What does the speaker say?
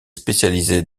spécialisée